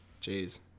Jeez